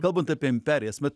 kalbant apie imperijas vat